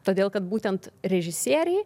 todėl kad būtent režisieriai